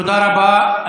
תודה רבה.